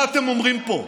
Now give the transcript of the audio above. מה אתם אומרים פה?